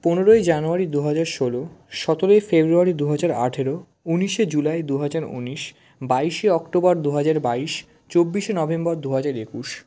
পনেরোই জানুয়ারি দু হাজার ষোলো সতেরোই ফেব্রুয়ারি দু হাজার আঠেরো ঊনিশে জুলাই দু হাজার ঊনিশ বাইশে অক্টোবর দু হাজার বাইশ চব্বিশে নভেম্বর দু হাজার একুশ